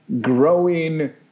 growing